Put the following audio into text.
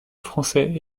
français